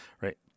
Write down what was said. right